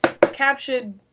captured